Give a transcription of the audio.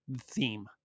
theme